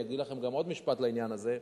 אני אגיד עוד משפט בעניין הזה: